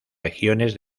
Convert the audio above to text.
regiones